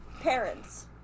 parents